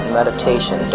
meditation